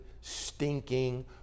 stinking